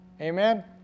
Amen